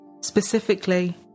specifically